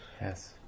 yes